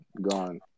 gone